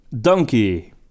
Donkey